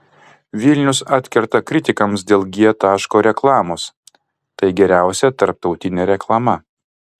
vilnius atkerta kritikams dėl g taško reklamos tai geriausia tarptautinė reklama